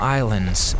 islands